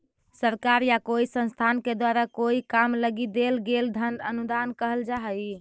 सरकार या कोई संस्थान के द्वारा कोई काम लगी देल गेल धन अनुदान कहल जा हई